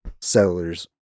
settlers